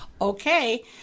okay